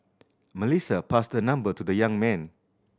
Melissa passed her number to the young man